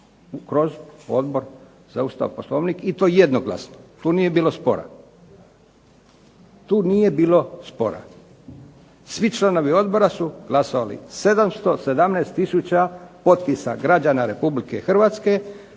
kroz Odbor za Ustav, Poslovnik i to jednoglasno, tu nije bilo spora. Svi članovi odbora su glasali, 717 tisuća potpisa građana Republike Hrvatske,